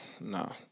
no